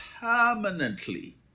permanently